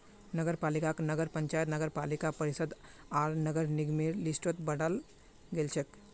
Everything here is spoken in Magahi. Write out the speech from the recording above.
नगरपालिकाक नगर पंचायत नगरपालिका परिषद आर नगर निगमेर लिस्टत बंटाल गेलछेक